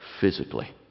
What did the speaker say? Physically